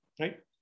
right